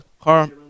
car